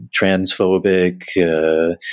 transphobic